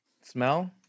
smell